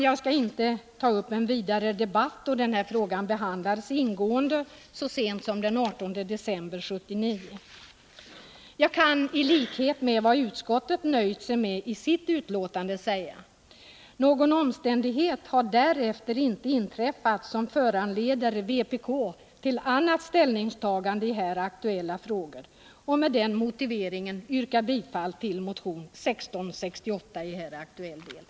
Jag skall inte ta upp en vidare debatt, då denna fråga behandlades ingående så sent som den 18 december 1979. Jag kan i likhet med vad utskottet har nöjt sig med i sitt betänkande säga, att någon omständighet har därefter inte inträffat som föranleder vpk till annat ställningstagande i de aktuella frågorna. Med den motiveringen yrkar jag bifall till motion 1668 i här aktuell del.